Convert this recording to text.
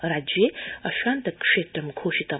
राज्यम् अशान्त क्षेत्रं घोषितम्